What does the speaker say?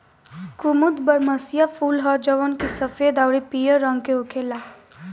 कुमुद बारहमसीया फूल ह जवन की सफेद अउरी पियर रंग के होखेला